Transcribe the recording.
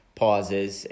pauses